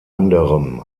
anderem